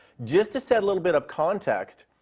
just to set a little bit of context,